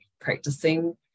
practicing